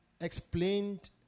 explained